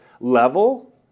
level